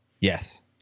yes